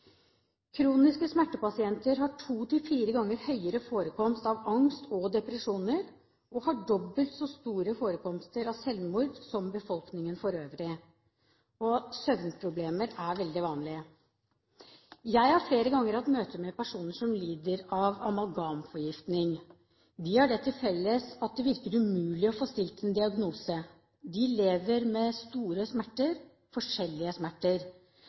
Kroniske smertepasienter har to–fire ganger høyere forekomst av angst og depresjoner og har dobbelt så stor forekomst av selvmord som befolkningen for øvrig. Søvnproblemer er veldig vanlig. Jeg har flere ganger hatt møte med personer som lider av amalgamforgiftning. De har det til felles at det virker umulig å få stilt en diagnose. De lever med store smerter og forskjellige smerter,